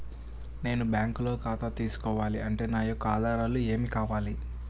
నేను బ్యాంకులో ఖాతా తీసుకోవాలి అంటే నా యొక్క ఆధారాలు ఏమి కావాలి?